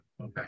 Okay